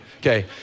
Okay